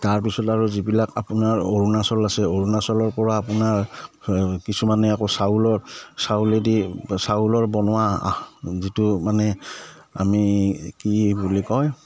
তাৰপিছত আৰু যিবিলাক আপোনাৰ অৰুণাচল আছে অৰুণাচলৰ পৰা আপোনাৰ কিছুমানে আকৌ চাউলৰ চাউলেদি চাউলৰ বনোৱা যিটো মানে আমি কি বুলি কয়